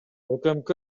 укмк